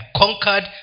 conquered